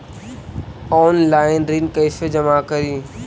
Online ऋण कैसे जमा करी?